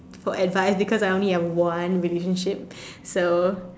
for advice because I only have one relationship so